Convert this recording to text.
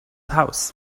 house